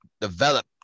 develop